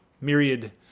myriad